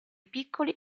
piccoli